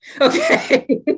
Okay